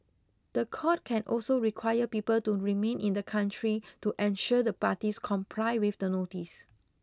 the court can also require people to remain in the country to ensure the parties comply with the notice